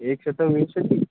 एकम् शतविंशतिः